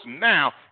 now